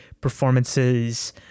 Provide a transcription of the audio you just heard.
performances